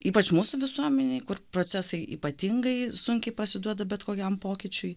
ypač mūsų visuomenėj kur procesai ypatingai sunkiai pasiduoda bet kokiam pokyčiui